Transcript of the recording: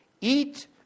eat